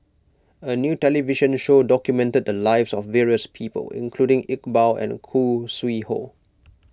a new television show documented the lives of various people including Iqbal and Khoo Sui Hoe